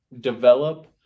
develop